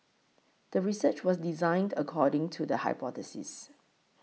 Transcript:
the research was designed according to the hypothesis